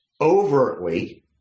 Overtly